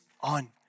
on